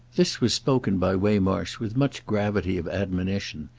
this was spoken by waymarsh with much gravity of admonition,